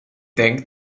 denk